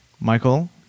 Michael